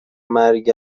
مرگ